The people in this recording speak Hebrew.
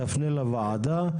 תפנה לוועדה,